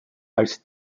als